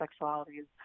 Sexualities